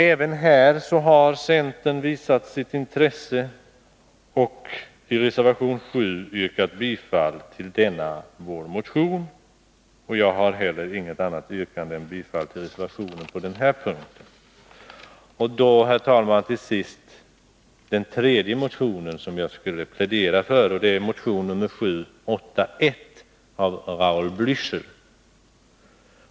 Även här har centern visat sitt intresse och i reservation 7 yrkat bifall till denna motion, och jag har heller inte annat yrkande än om bifall till reservationen. Herr talman! Sist skall jag plädera för motion 781 av Raul Blächer.